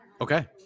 Okay